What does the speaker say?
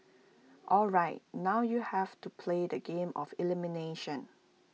alright now you have to play the game of elimination